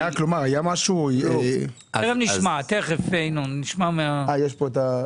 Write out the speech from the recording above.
הם באו עם מספר חלופות כדי לקיים את הדיון הזה.